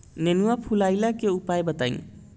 नेनुआ फुलईले के उपाय बताईं?